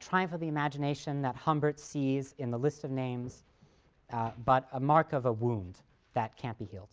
triumph of the imagination that humbert sees in the list of the names but a mark of a wound that can't be healed.